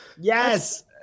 Yes